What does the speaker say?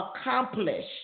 accomplish